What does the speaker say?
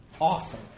Awesome